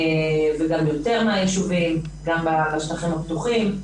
גם יותר מהישובים, גם בשטחים הפתוחים.